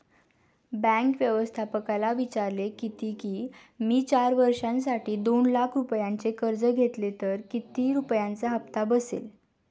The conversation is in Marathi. बँक व्यवस्थापकाला विचारले किती की, मी चार वर्षांसाठी दोन लाख रुपयांचे कर्ज घेतले तर किती रुपयांचा हप्ता बसेल